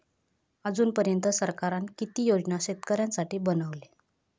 अजून पर्यंत सरकारान किती योजना शेतकऱ्यांसाठी बनवले?